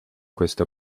questo